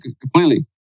completely